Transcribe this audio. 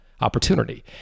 opportunity